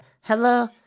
Hello